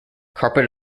carpet